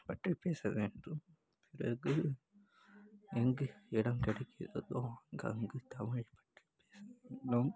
பற்றி பேச வேண்டும் பிறகு எங்கு இடம் கிடைக்கிறதோ அங்கங்கே தமிழைப் பற்றி பேச வேண்டும்